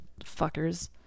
Fuckers